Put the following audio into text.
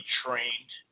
trained